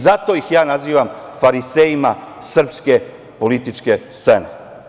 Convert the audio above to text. Zato ih ja nazivam farisejima srpske političke scene.